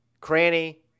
Cranny